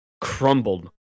crumbled